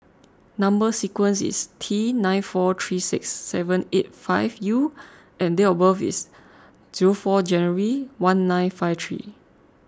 Number Sequence is T nine four three six seven eight five U and date of birth is zero four January one nine five three